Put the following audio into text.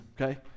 okay